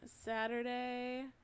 Saturday